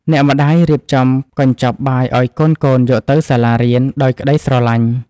អ្នកម្តាយរៀបចំកញ្ចប់បាយឱ្យកូនៗយកទៅសាលារៀន ដោយក្តីស្រឡាញ់។